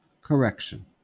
Correction